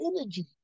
energy